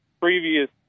previous